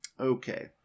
Okay